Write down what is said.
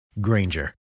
Granger